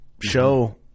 show